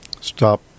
stop